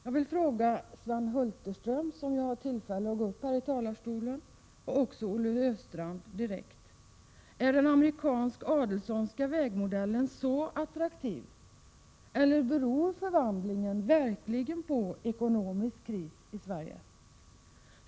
Jag vill fråga Sven Hulterström, som ju har möjlighet att gå upp i talarstolen, och Olle Östrand: Är den amerikansk-Adelsohnska vägmodellen så attraktiv, eller beror förvandlingen verkligen på ekonomisk kris i Sverige?